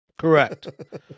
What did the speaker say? Correct